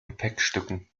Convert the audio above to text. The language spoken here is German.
gepäckstücken